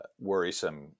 worrisome